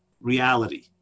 reality